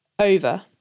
Over